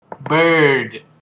Bird